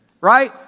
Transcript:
right